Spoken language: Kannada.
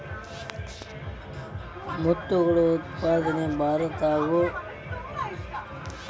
ಮುತ್ತುಗಳ ಉತ್ಪಾದನೆ ಭಾರತದಾಗು ಮಾಡತಾರ, ಸಿಹಿ ನೇರ ಮತ್ತ ಉಪ್ಪ ನೇರ ಒಳಗ ಉತ್ಪಾದನೆ ಮಾಡತಾರ